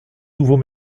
nouveau